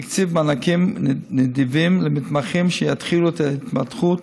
והקציב מענקים נדיבים למתמחים שיתחילו את ההתמחות